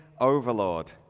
overlord